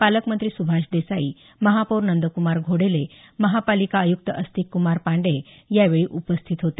पालकमंत्री सुभाष देसाई महापौर नंदुकमार घोडेले महापालिका आयुक्त अस्तिकक्मार पांड्ये यावेळी उपस्थित होते